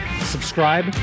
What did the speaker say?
Subscribe